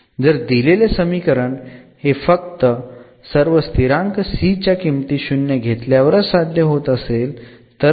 जर दिलेलं समीकरण हे फक्त सर्व स्थिरांक c च्या किंमती शून्य घेतल्यावरच साध्य होत असेल तरच